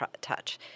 touch